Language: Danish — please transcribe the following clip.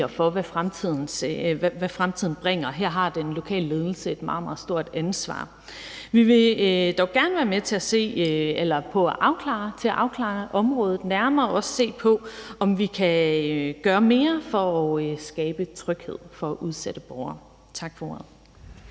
for, hvad fremtiden bringer. Her har den lokale ledelse et meget, meget stort ansvar. Vi vil dog gerne være med til at afklare området nærmere og se på, om vi kan gøre mere for at skabe tryghed for udsatte borgere. Tak for